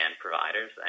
providers